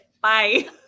Bye